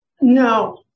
No